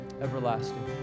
everlasting